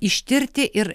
ištirti ir